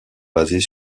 basées